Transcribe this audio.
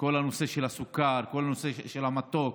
כל הנושא של הסוכר, כל הנושא של המתוק,